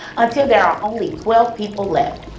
until there are only twelve people left.